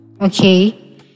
Okay